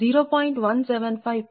0000852